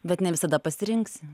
bet ne visada pasirinksi